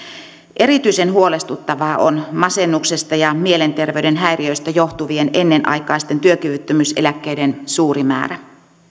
erityisen huolestuttavaa on masennuksesta ja mielenterveyden häiriöistä johtuvien ennenaikaisten työkyvyttömyyseläkkeiden suuri määrä